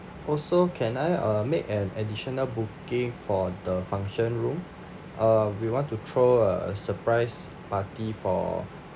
also can I uh make an additional booking for the function room uh we want to throw a surprise party for